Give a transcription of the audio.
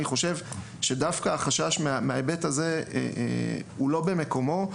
אני חושב שדווקא החשש מההיבט הזה הוא לא במקומו.